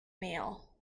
meal